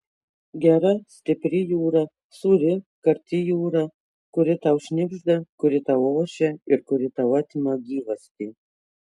gera stipri jūra sūri karti jūra kuri tau šnibžda kuri tau ošia ir kuri tau atima gyvastį